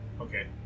Okay